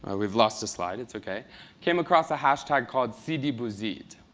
ah we've lost a slide. it's okay came across a hash tag called sidi bouzid.